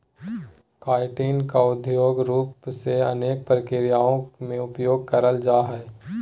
chitin का औद्योगिक रूप से अनेक प्रक्रियाओं में उपयोग करल जा हइ